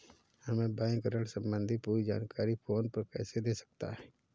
हमें बैंक ऋण संबंधी पूरी जानकारी फोन पर कैसे दे सकता है?